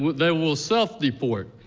they will self-deport.